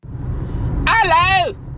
Hello